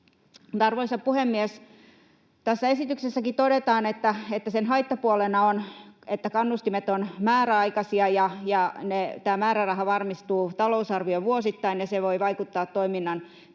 Arvoisa puhemies! Tässä esityksessäkin todetaan, että sen haittapuolena on, että kannustimet ovat määräaikaisia ja määräraha, talousarvio, varmistuu vuosittain, ja se voi vaikuttaa toiminnan